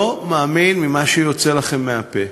לא מאמין למה שיוצא לכם מהפה.